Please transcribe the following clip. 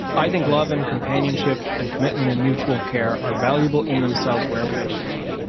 i think love and companionship and commitment and mutual care are valuable in themselves wherever they show up.